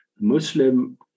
Muslim